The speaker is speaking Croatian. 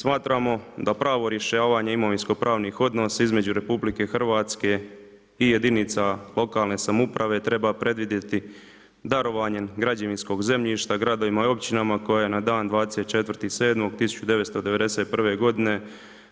Smatramo da pravo rješavanja imovinsko pravnih odnosa između RH i jedinice lokalne samouprave treba predvidjeti darovanjem građevinskog zemljišta gradovima i općinama, koja je na dan 24.7.1991. g.